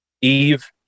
Eve